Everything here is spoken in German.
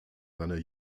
seiner